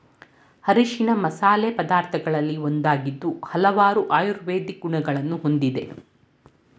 ಅರಿಶಿಣ ಮಸಾಲೆ ಪದಾರ್ಥಗಳಲ್ಲಿ ಒಂದಾಗಿದ್ದು ಹಲವಾರು ಆಯುರ್ವೇದಿಕ್ ಗುಣಗಳನ್ನು ಹೊಂದಿದೆ